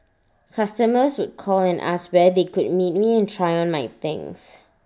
customers would call and ask where they could meet me and try on my things